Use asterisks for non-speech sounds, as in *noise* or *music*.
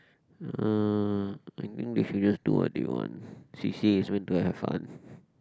uh I think they should just do what they want C_C_A is meant to have fun *breath*